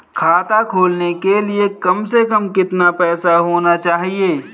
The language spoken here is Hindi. खाता खोलने के लिए कम से कम कितना पैसा होना चाहिए?